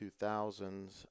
2000s